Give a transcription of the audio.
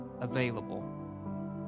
available